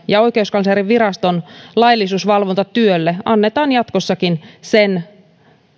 ja oikeuskanslerinviraston laillisuusvalvontatyölle annetaan jatkossakin sen